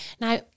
Now